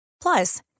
Plus